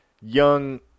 young